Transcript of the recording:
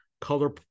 color